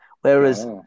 Whereas